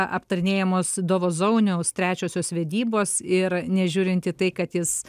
aptarinėjamos dovo zauniaus trečiosios vedybos ir nežiūrint į tai kad jis